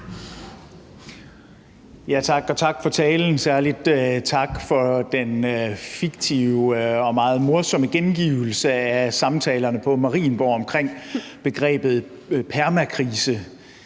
tak for talen, særlig tak for den fiktive og meget morsomme gengivelse af samtalerne på Marienborg om begrebet permakrise;